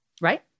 Right